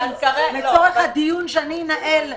הכול בסדר.